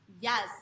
yes